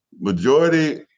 Majority